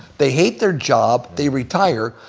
they hate their job, they retire,